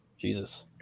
jesus